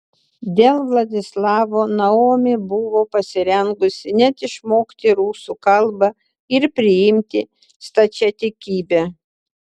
dėl vladislavo naomi buvo pasirengusi net išmokti rusų kalbą ir priimti stačiatikybę